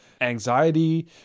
Anxiety